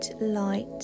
light